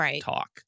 talk